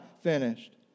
finished